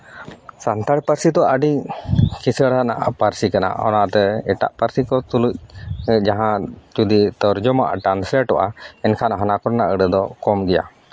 ᱥᱟᱱᱛᱟᱲ ᱯᱟᱹᱨᱥᱤ ᱫᱚ ᱟᱹᱰᱤ ᱠᱤᱥᱟᱹᱬᱟᱱᱟᱜ ᱯᱟᱹᱨᱥᱤ ᱠᱟᱱᱟ ᱚᱱᱟᱛᱮ ᱮᱴᱟᱜ ᱯᱟᱹᱨᱥᱤ ᱠᱚ ᱛᱩᱞᱩᱡ ᱥᱮ ᱡᱟᱦᱟᱸ ᱡᱩᱫᱤ ᱛᱚᱨᱡᱚᱢᱟᱜᱼᱟ ᱴᱨᱟᱱᱥᱞᱮᱴᱚᱜᱼᱟ ᱮᱱᱠᱷᱟᱱ ᱚᱱᱟ ᱠᱚᱨᱮᱱᱟᱜ ᱟᱹᱲᱟᱹ ᱫᱚ ᱠᱚᱢᱜᱮᱭᱟ